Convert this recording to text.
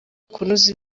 kunoza